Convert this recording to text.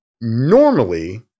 normally